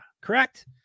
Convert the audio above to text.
Correct